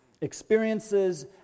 experiences